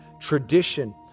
tradition